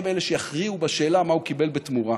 הם שיכריעו בשאלה מה הוא קיבל בתמורה,